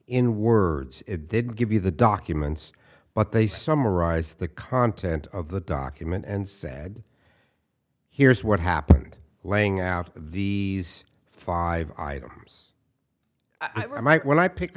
in words it did give you the documents but they summarize the content of the document and said here's what happened laying out the five items i might when i pick